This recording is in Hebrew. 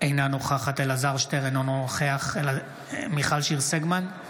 אינה נוכחת אלעזר שטרן, אינו נוכח מיכל שיר סגמן,